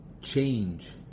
change